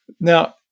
Now